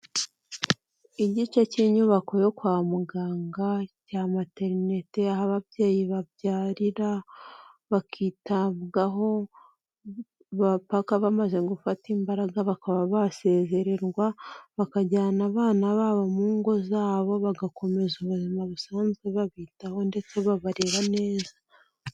Igice cy'inyubako yo kwa muganga cya materinite aho ababyeyi babyarira, bakitabwaho mpapaka bamaze gufata imbaraga, bakaba basezererwa bakajyana abana babo mu ngo zabo bagakomeza ubuzima busanzwe babitaho ndetse babarera neza.